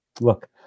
look